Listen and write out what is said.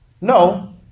No